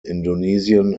indonesian